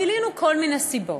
גילינו כל מיני סיבות,